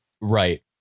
Right